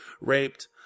raped